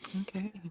Okay